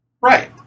Right